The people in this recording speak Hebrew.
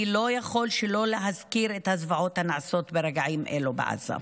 אני לא יכול שלא להזכיר את הזוועות הנעשות ברגעים אלו בעזה,